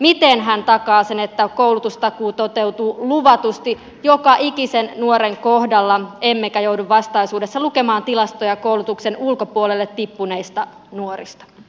miten hän takaa sen että koulutustakuu toteutuu luvatusti joka ikisen nuoren kohdalla emmekä joudu vastaisuudessa lukemaan tilastoja koulutuksen ulkopuolelle tippuneista nuorista